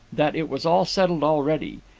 that it was all settled already.